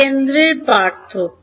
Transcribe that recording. কেন্দ্রের পার্থক্য